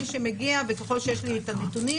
מי שמגיע וככל שיש לי את הנתונים,